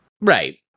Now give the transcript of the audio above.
Right